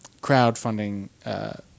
crowdfunding